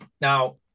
now